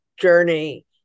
journey